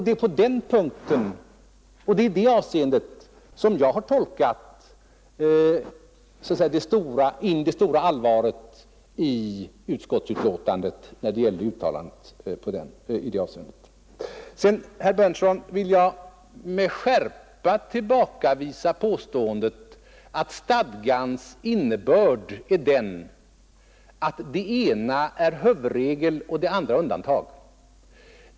Det är i detta avseende jag har tolkat in det stora allvaret i utskottets uttalande på den punkten. Sedan vill jag, herr Berndtson, med skärpa tillbakavisa påståendet att enligt stadgans innebörd är det ena huvudregel och det andra undantag.